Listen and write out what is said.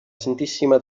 santissima